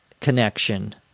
connection